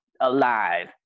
alive